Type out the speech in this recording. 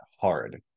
hard